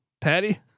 Patty